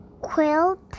quilt